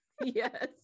Yes